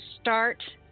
start